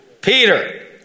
Peter